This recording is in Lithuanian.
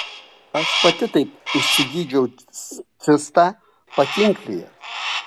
aš pati taip išsigydžiau cistą pakinklyje